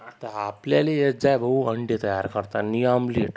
आता हा आपल्याला येत जाय भाऊ अंडे तयार करताना आम्लेट